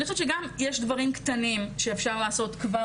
אני חושבת שיש דברים קטנים שאפשר לעשות כבר